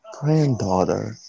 Granddaughter